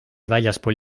väljaspool